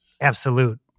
absolute